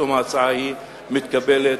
פתאום ההצעה ההיא מתקבלת.